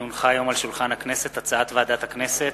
כי הונחה היום על שולחן הכנסת הצעת ועדת הכנסת